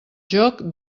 joc